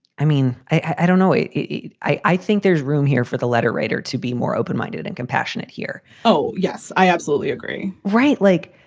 i mean, i don't know. i yeah i think there's room here for the letter writer to be more open minded and compassionate here. oh, yes, i absolutely agree. right. like,